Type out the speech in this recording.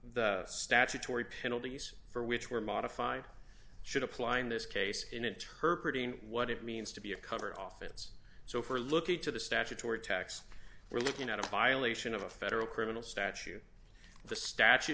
the statutory penalties for which were modified should apply in this case in interpret what it means to be a cover office so for looking to the statutory tax we're looking at a violation of a federal criminal statute the statut